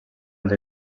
als